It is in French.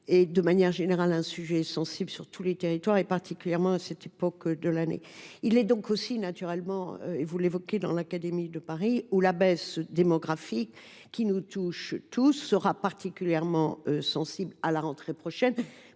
est, de manière générale, sensible sur tous les territoires, particulièrement à cette époque de l’année. Il l’est aussi, naturellement, dans l’académie de Paris, où la baisse démographique, qui nous touche tous, sera particulièrement sensible à la rentrée prochaine,